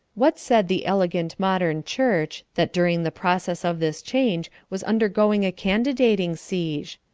what said the elegant modern church, that during the process of this change was undergoing a candidating siege?